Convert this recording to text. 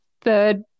third